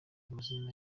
amazina